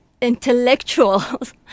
intellectuals